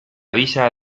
villa